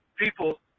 people